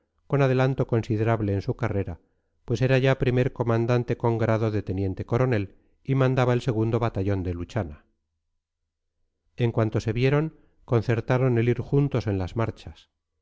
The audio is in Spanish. con adelanto considerable en su carrera pues era ya primer comandante con grado de teniente coronel y mandaba el segundo batallón de luchana en cuanto se vieron concertaron el ir juntos en las marchas